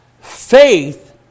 Faith